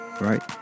Right